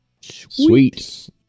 Sweet